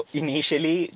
initially